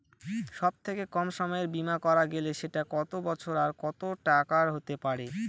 সব থেকে কম সময়ের বীমা করা গেলে সেটা কত বছর আর কত টাকার হতে পারে?